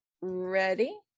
ready